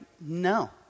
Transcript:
no